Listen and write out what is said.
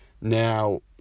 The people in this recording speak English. Now